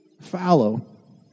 fallow